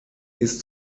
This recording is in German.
ist